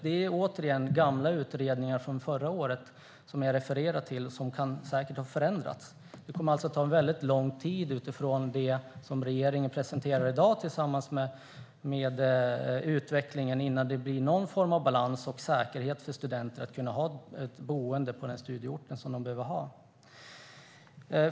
Det är återigen gamla utredningar från förra året som jag refererar till. Detta kan säkert ha förändrats. Det kommer alltså att ta väldigt lång tid utifrån det som regeringen presenterar i dag, tillsammans med utvecklingen, innan det blir någon form av balans och säkerhet för studenter, så att de kan ha ett boende på studieorten.